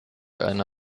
eine